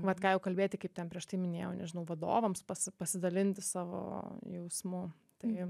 vat ką jau kalbėti kaip ten prieš tai minėjau nežinau vadovams pas pasidalinti savo jausmu tai